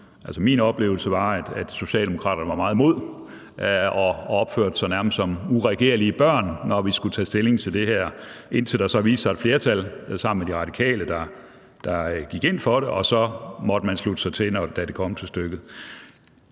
min oplevelse – var meget imod, og man opførte sig nærmest som uregerlige børn, når vi skulle tage stilling til det her. Indtil der så viste sig et flertal sammen med De Radikale, der gik ind for det. Og så måtte man slutte sig til, da det kom til stykket.